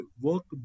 work